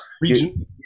region